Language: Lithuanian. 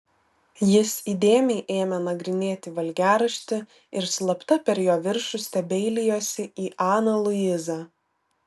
jis įdėmiai ėmė nagrinėti valgiaraštį ir slapta per jo viršų stebeilijosi į aną luizą